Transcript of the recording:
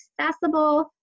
accessible